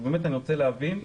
באמת אני רוצה להבין,